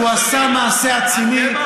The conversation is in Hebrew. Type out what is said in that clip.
והוא עשה מעשה אצילי,